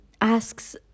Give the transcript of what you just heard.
asks